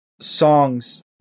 songs